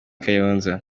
kayonza